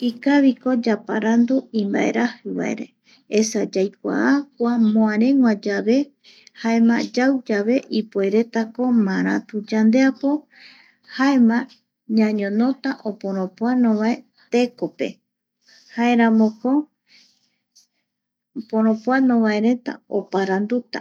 Ikaviko yaparandu imbaerajivaere esa yaikuaa kua moareguayave jaema yauyave ipueretako maratu yandeapo jaema ñañonota oporopoanovae teko pe jaeramoko oporopoano vaereta oparanduta